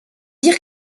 dire